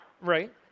right